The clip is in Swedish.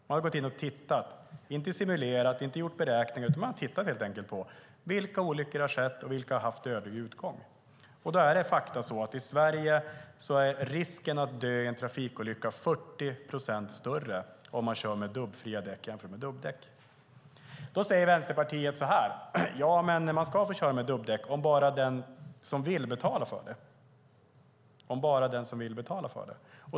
Man har inte simulerat och inte gjort beräkningar, utan man har helt enkelt tittat på vilka olyckor som har skett och vilka som har haft dödlig utgång. Då är det fakta att i Sverige är risken att dö i en trafikolycka 40 procent större om man kör med dubbfria däck än om man kör med dubbdäck. Då säger Vänsterpartiet så här: Ja, men man ska få köra med dubbdäck om man vill, om man bara betalar för det.